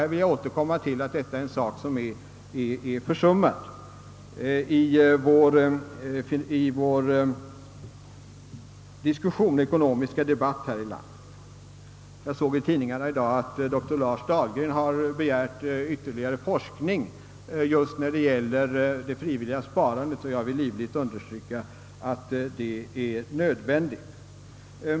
Jag vill upprepa att det är någonting som är försummat i den ekonomiska debatten här i landet. Jag såg i tidningarna i dag att dr Lars Dahlgren har begärt ytterligare forskning just när det gäller det frivilliga sparandet, och jag vill livligt understryka att det är nödvändigt.